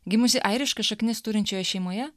gimusi airiškas šaknis turinčioje šeimoje